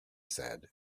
said